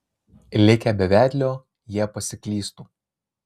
likę be vedlio jie pasiklystų